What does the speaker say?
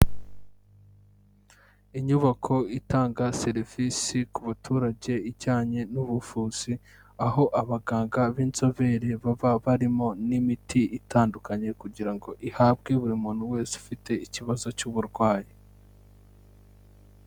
Inyubako itanga serivisi ku baturage ijyanye n'ubuvuzi aho abaganga b'inzobere baba barimo n'imiti itandukanye kugira ngo ihabwe buri muntu wese ufite ikibazo cy'uburwayi.